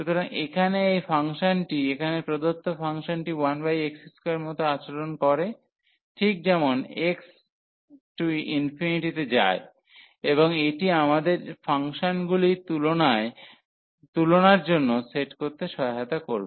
সুতরাং এখানে এই ফাংশনটি এখানে প্রদত্ত ফাংশনটি 1x2 এর মত আচরণ করে ঠিক যেমন x তে যায় এবং এটি আমাদের ফাংশনগুলি তুলনার জন্য সেট করতে সহায়তা করবে